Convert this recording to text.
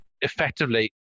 effectively